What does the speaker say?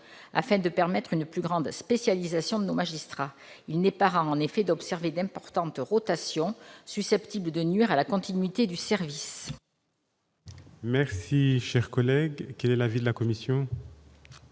afin de permettre une plus grande spécialisation de nos magistrats. Il n'est pas rare, en effet, d'observer d'importantes rotations susceptibles de nuire à la continuité du service. Quel est l'avis de la commission ?